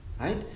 Right